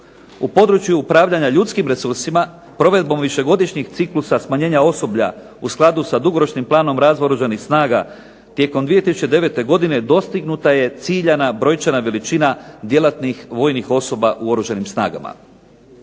U području upravljanja ljudskim resursima, provedbom višegodišnjih ciklusa smanjenja osoblja u skladu sa dugoročnim planom razvoja Oružanih snaga tijekom 2009. godine dostignuta je ciljana brojčana veličina djelatnih vojnih osoba u Oružanim snagama.